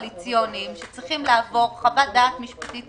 קואליציוניים, שצריכים לעבור חוות דעת משפטית